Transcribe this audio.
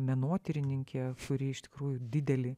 menotyrininkė kuri iš tikrųjų didelį